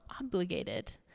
obligated